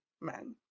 men